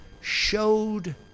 showed